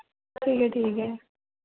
ठीक ऐ ठीक ऐ